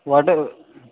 वाटे